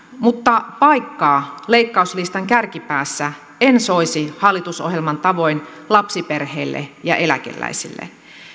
mutta paikkaa leikkauslistan kärkipäässä en soisi hallitusohjelman tavoin lapsiperheille ja eläkeläisille